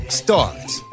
starts